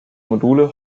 module